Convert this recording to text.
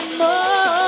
more